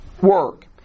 work